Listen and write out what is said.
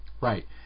Right